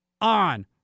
on